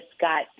got